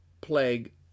plague